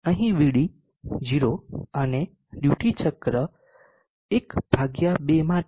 અહીં Vd 0 અને duty ચક્ર ½ માટે 0